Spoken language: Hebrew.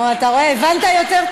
נו, אתה רואה, הבנת יותר טוב.